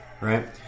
right